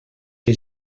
que